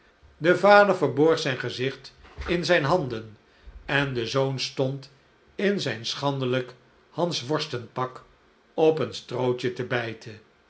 de vader verborg zijn gezicht in zijne han den en de zoon stond in zijn schandelijk nansworstenpak op een strootje te bijten